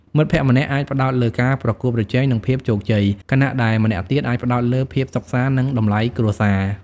មិត្តភក្តិម្នាក់អាចផ្តោតលើការប្រកួតប្រជែងនិងភាពជោគជ័យ ខណៈដែលម្នាក់ទៀតអាចផ្តោតលើភាពសុខសាន្តនិងតម្លៃគ្រួសារ។